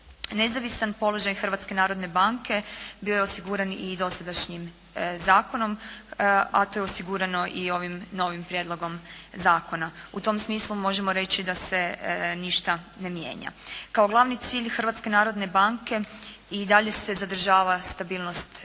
Nezavisan položaj Hrvatske narodne banke bio je osiguran i dosadašnjim zakonom, a to je osigurano i ovim novim prijedlogom zakona. U tom smislu možemo reći da se ništa ne mijenja. Kao glavni cilj Hrvatske narodne banke i dalje se zadržava stabilnost cijena,